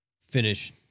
finish